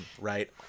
right –